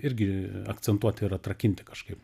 irgi akcentuoti ir atrakinti kažkaip